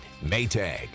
Maytag